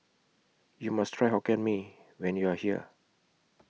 YOU must Try Hokkien Mee when YOU Are here